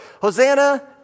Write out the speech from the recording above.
Hosanna